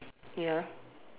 ya